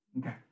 Okay